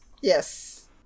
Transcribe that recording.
Yes